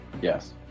Yes